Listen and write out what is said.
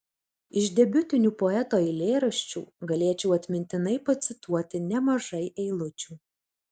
iš debiutinių poeto eilėraščių galėčiau atmintinai pacituoti nemažai eilučių